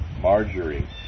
Marjorie